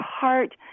heart